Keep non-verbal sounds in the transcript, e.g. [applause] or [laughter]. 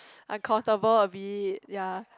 [noise] uncomfortable a bit yea